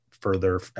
further